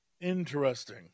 interesting